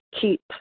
keep